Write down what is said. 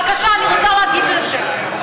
בבקשה, אני רוצה להגיב על זה.